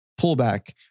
pullback